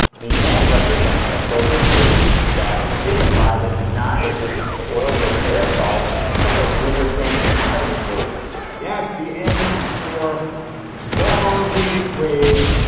the end represents a filter series that signifies it's not resistant to oil based aerosols such as lubricants and cutting fluids yes, the end is for a long winded phrase,